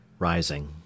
Rising